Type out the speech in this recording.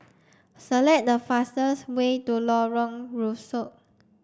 select the fastest way to Lorong Rusuk